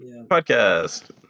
podcast